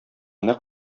нәкъ